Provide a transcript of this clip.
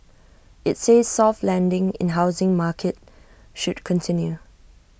IT says soft landing in housing market should continue